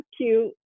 cute